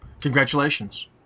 congratulations